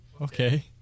Okay